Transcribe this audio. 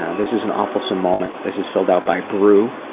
and this is an awefulsome moment this is filled out by brew,